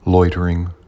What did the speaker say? Loitering